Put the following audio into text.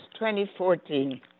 2014